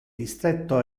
distretto